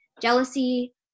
jealousy